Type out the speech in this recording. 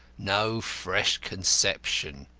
no fresh conception!